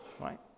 right